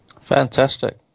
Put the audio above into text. fantastic